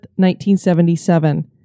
1977